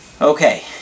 Okay